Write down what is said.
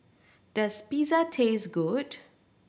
does Pizza taste good